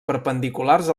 perpendiculars